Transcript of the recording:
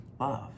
love